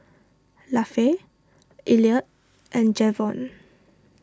Lafe Elliott and Javon